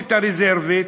התחמושת הרזרבית?